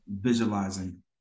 visualizing